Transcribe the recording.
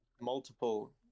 Multiple